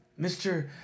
Mr